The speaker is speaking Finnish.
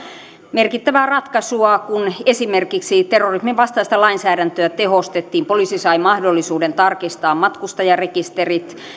merkittävää ratkaisua kun esimerkiksi terrorismin vastaista lainsäädäntöä tehostettiin poliisi sai mahdollisuuden tarkistaa matkustajarekisterit